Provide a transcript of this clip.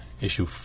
issue